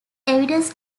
evidence